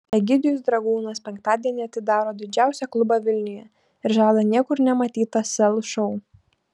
egidijus dragūnas penktadienį atidaro didžiausią klubą vilniuje ir žada niekur nematytą sel šou